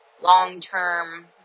long-term